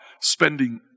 spending